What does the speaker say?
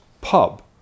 pub